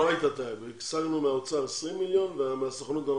השגנו מהאוצר 20 מיליון ומהסוכנות אנחנו